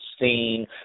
seen